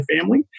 family